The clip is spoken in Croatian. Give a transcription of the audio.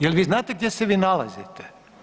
Jel' vi znate gdje se vi nalazite?